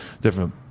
different